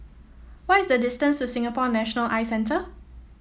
what is the distance to Singapore National Eye Centre